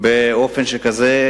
באופן קבוע,